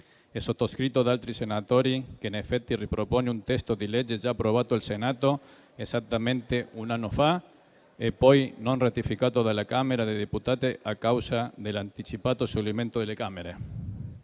e sottoscritto da altri senatori, che in effetti ripropone un testo di legge già approvato al Senato esattamente un anno fa e poi non ratificato dalla Camera dei deputati a causa dell'anticipato scioglimento delle Camere.